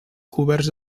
coberts